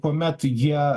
kuomet jie